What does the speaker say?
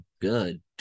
good